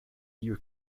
beer